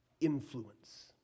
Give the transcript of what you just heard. influence